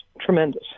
tremendous